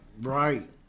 right